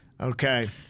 Okay